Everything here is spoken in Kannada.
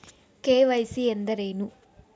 ಕೆ.ವೈ.ಸಿ ಎಂದರೇನು?